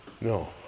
No